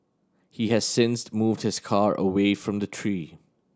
he has since moved his car away from the tree